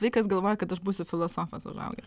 vaikas galvoja kad aš būsiu filosofas užaugęs